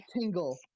Tingle